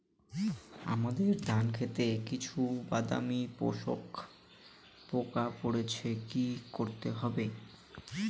আমার ধন খেতে কিছু বাদামী শোষক পোকা পড়েছে কি করতে হবে?